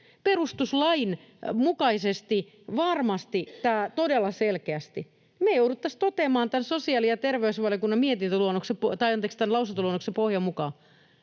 perustuslain mukaisesti todella selkeästi, me jouduttaisiin toteamaan tämän sosiaali‑ ja terveysvaliokunnan lausuntoluonnoksen pohjan mukaan,